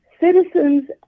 citizens